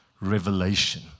revelation